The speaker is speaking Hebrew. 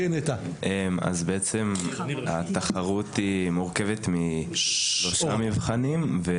אז בעצם התחרות מורכבת משלושה מבחנים,